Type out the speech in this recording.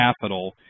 capital